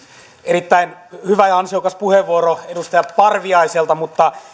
erittäin hyvä ja ansiokas puheenvuoro edustaja parviaiselta mutta